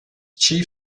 chief